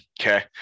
okay